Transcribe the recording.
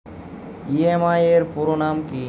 EMI এর পুরোনাম কী?